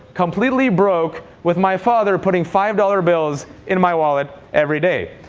completely broke with my father putting five dollars bills in my wallet every day.